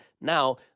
Now